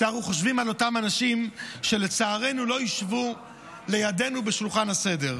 שאנחנו חושבים על אותם אנשים שלצערנו לא ישבו לידנו ליד שולחן הסדר.